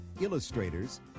illustrators